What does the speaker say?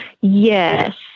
Yes